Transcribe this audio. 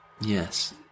Yes